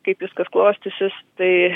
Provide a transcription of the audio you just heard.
kaip viskas klostysis tai